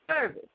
service